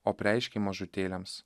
o apreiški mažutėliams